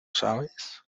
sabes